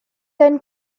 then